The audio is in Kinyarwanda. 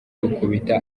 rukubita